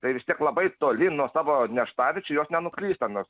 tai vis tiek labai toli nuo savo nerštaviečių jos nenuklysta nors